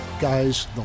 guys